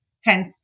hence